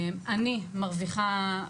אני מרוויחה,